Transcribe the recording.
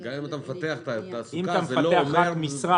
גם אם אתה מפתח תעסוקה זה לא אומר --- אם